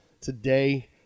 today